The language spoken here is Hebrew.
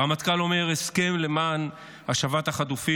הרמטכ"ל אומר: הסכם למען השבת החטופים